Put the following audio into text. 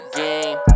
game